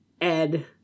Ed